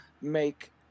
make